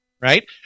right